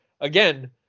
again